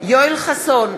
יואל חסון,